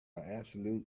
absolutely